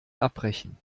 abbrechen